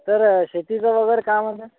तर शेतीचं वगैरे काय म्हणते